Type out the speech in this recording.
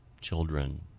Children